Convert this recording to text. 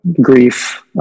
grief